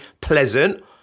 pleasant